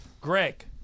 Greg